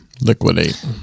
liquidate